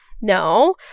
No